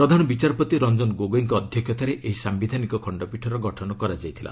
ପ୍ରଧାନ ବିଚାରପତି ରଂଜନ ଗୋଗୋଇଙ୍କ ଅଧ୍ୟକ୍ଷତାରେ ଏହି ସାନ୍ଧିଧାନିକ ଖଣ୍ଡପୀଠର ଗଠନ କରାଯାଇଥିଲା